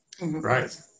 Right